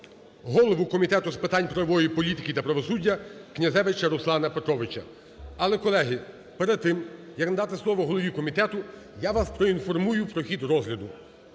голову Комітету з питань правової політики та правосуддя Князевича Руслана Петровича. Але, колеги, перед тим, як надати слово голові комітету, я вас проінформую про хід розгляду.